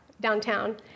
downtown